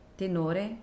tenore